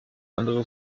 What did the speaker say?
andere